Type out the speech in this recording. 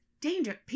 dangerous